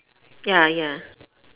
ya ya